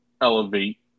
elevate